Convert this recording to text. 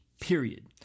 period